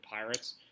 Pirates